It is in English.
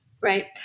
right